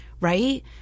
right